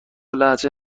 لهجه